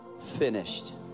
finished